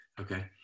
Okay